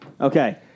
Okay